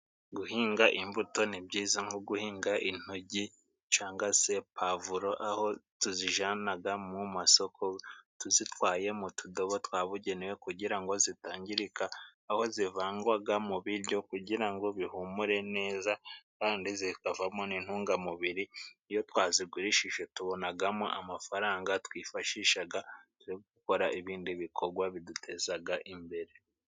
Guhinga imbuto ni byiza nko guhinga intojyi canga se pavoro aho tuzijanaga mu masoko tuzitwaye mu tudobo twabugenewe kugira ngo zitangirika aho zivangwaga mu biryo kugira ngo bihumure neza kandi zikavamo n'intungamubiri iyo twazigurishije tubonagamo amafaranga twifashishaga yo gukora ibindi bikorwa bidutezaga imbere.